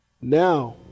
Now